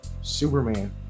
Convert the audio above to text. superman